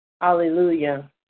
hallelujah